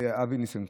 אבי ניסנקורן,